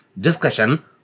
discussion